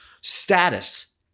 status